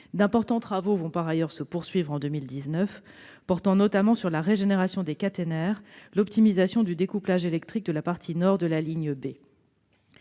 D'importants travaux vont, par ailleurs, se poursuivre en 2019, portant notamment sur la régénération des caténaires et l'optimisation du découplage électrique de la partie nord de la ligne B.